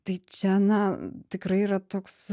tai čia na tikrai yra toks